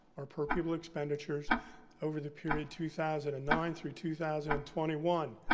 our per pupil expenditures over the period two thousand and nine through two thousand and twenty one,